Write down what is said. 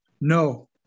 No